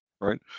right